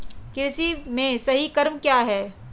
कृषि में सही क्रम क्या है?